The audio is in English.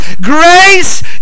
Grace